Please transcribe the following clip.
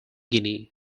guinea